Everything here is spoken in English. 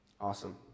Awesome